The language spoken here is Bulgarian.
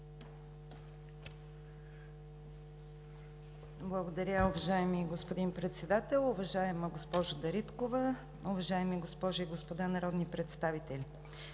(ГЕРБ): Уважаеми господин Председател, уважаема госпожо Министър, уважаеми госпожи и господа народни представители!